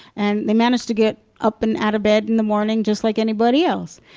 and they manage to get up and out of bed in the morning just like anybody else.